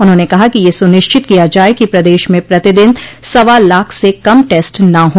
उन्होंने कहा कि यह सुनिश्चित किया जाये कि प्रदेश में प्रतिदिन सवा लाख से कम टेस्ट न हो